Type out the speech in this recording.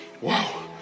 wow